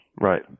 right